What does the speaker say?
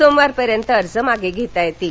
सोमवारपर्यंत अर्ज मागे घेता येतील